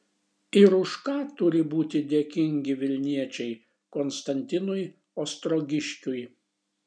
ir už ką turi būti dėkingi vilniečiai konstantinui ostrogiškiui